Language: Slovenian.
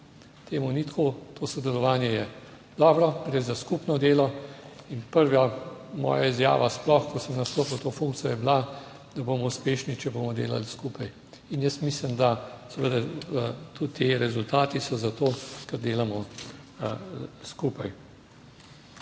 temu ni tako, to sodelovanje je dobro, gre za skupno delo in prva moja izjava sploh, ko sem nastopil to funkcijo, je bila, da bomo uspešni, če bomo delali skupaj in jaz mislim, da seveda tudi ti rezultati so zato, kar delamo skupaj.